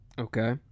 Okay